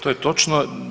To je točno.